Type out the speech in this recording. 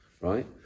right